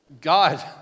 God